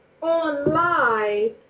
online